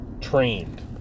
trained